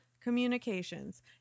communications